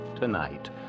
tonight